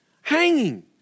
hanging